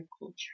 culture